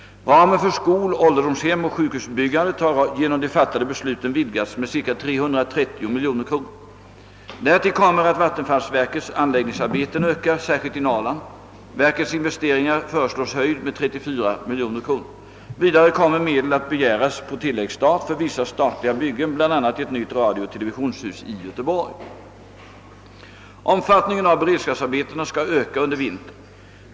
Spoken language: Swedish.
Ramen för skol-, ålderdomshemsoch sjukhusbyggandet har genom de fattade besluten vidgats med ca 330 miljoner kronor. Därtill kommer att vattenfallsverkets anläggningsarbeten ökar särskilt i Norrland. Verkets investeringsram föreslås höjd med 34 miljoner kronor. Vidare kommer medel att begäras på tilläggsstat för vissa statliga byggen, bland annat ett nytt radiooch televisionshus i Göteborg. Omfattningen av beredskapsarbetena skall öka under vintern.